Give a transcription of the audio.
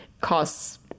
costs